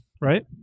right